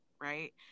Right